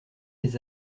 les